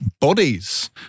Bodies